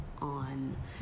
on